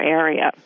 area